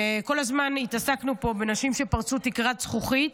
וכל הזמן התעסקנו פה בנשים שפרצו תקרת זכוכית.